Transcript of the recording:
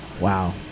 Wow